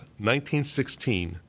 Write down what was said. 1916